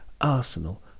Arsenal